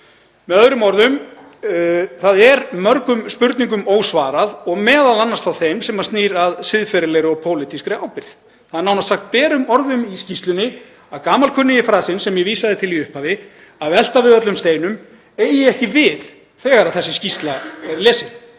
Með öðrum orðum, það er mörgum spurningum ósvarað, m.a. þeim sem snúa að siðferðilegri og pólitískri ábyrgð. Það er nánast sagt berum orðum í skýrslunni að gamalkunnugi frasinn, sem ég vísaði til í upphafi, að velta við öllum steinum, eigi ekki við þegar þessi skýrsla er lesin.